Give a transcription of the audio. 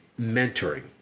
mentoring